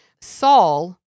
Saul